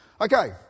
Okay